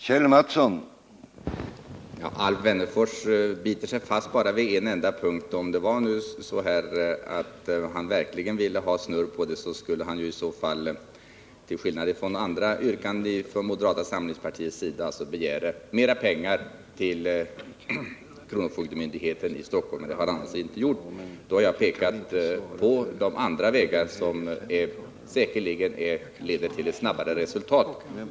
Herr talman! Alf Wennerfors biter sig fast vid en enda punkt. Om Alf Wennerfors verkligen ville få snurr på det här ärendet, då skulle han till skillnad från vad som gällt i samband med andra yrkanden från moderata samlingspartiet begära mera pengar till kronofogdemyndigheten i Stockholm. Det har han inte gjort, och då har jag pekat på de andra vägar som finns att gå och som säkerligen leder till ett snabbare resultat.